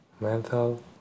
mental